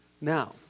Now